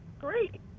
great